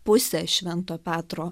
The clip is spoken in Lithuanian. pusė švento petro